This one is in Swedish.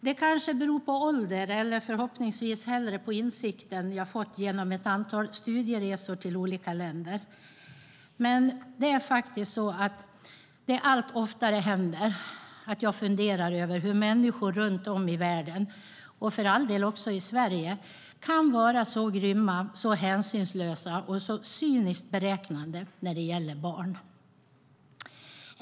Det kanske beror på ålder, eller förhoppningsvis på den insikt som jag har fått genom ett antal studieresor till olika länder, att jag allt oftare funderar över hur människor runt om i världen, och för all del också i Sverige, kan vara så grymma, så hänsynslösa och så cyniskt beräknande när det gäller barn.